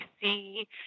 see